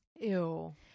Ew